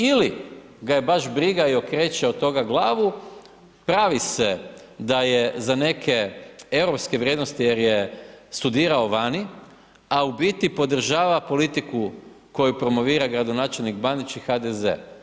Ili ga je baš briga i okreće od toga glavu, pravi se da je za neke europske vrijednosti jer je studirao vani, a u biti podržava politiku koju promovira gradonačelnik Bandić i HDZ.